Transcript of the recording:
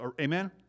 Amen